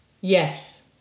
Yes